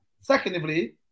Secondly